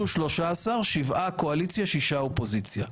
זו 13, שבעה קואליציה, שישה אופוזיציה.